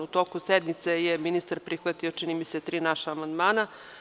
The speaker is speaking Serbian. U toku sednice je ministar prihvatio, čini mi se, tri naša amandmana.